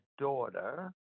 daughter